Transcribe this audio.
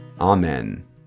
amen